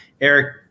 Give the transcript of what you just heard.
Eric